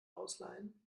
ausleihen